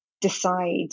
decide